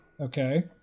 Okay